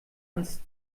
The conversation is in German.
ans